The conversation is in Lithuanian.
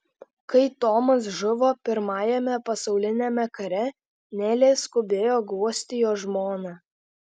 kai tomas žuvo pirmajame pasauliniame kare nelė skubėjo guosti jo žmoną